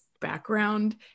background